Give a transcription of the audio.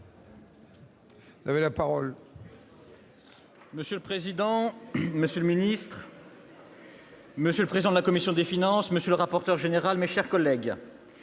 Monsieur le président, monsieur le secrétaire d'État, monsieur le président de la commission des finances, monsieur le rapporteur général, mes chers collègues,